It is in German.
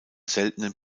seltenen